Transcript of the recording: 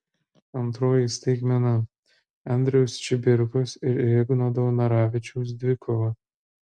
antroji staigmena andriaus čibirkos ir igno daunoravičiaus dvikova